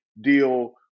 deal